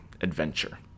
adventure